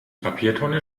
papiertonne